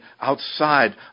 outside